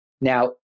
Now